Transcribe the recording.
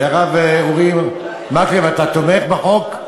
והרב אורי מקלב, אתה תומך בחוק?